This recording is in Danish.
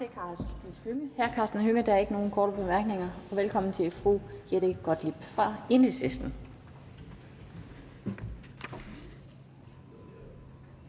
Tak til hr. Karsten Hønge. Der er ikke nogen korte bemærkninger. Velkommen til fru Jette Gottlieb fra Enhedslisten.